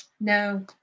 No